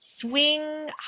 Swing